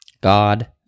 God